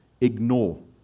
ignore